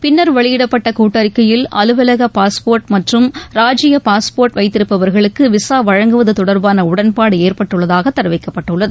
பின்னர் வெளியிடப்பட்ட கூட்டறிக்கையில் அலுவலக பாஸ்போர்ட் மற்றம் ராஜிய பாஸ்போர்ட் வைத்திருப்பவர்களுக்கு விசா வழங்குவது தொடர்பான உடன்பாடு ஏற்பட்டுள்ளதாக தெரிவிக்கப்பட்டுள்ளது